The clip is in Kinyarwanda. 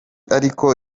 ariko